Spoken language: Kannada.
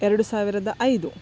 ಎರಡು ಸಾವಿರದ ಐದು